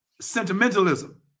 sentimentalism